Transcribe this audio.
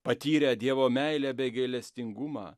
patyrę dievo meilę bei gailestingumą